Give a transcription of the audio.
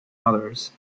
others